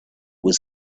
was